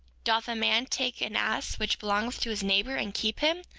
doth a man take an ass which belongeth to his neighbor, and keep him?